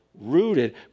Rooted